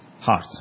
heart